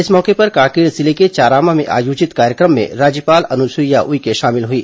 इस मौके पर कांकेर जिले के चारामा में आयोजित कार्यक्रम में राज्यपाल अनुसुईया उइके शामिल हुई